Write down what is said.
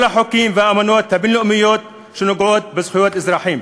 החוקים והאמנות הבין-לאומיות שנוגעים בזכויות אזרחים.